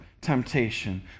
temptation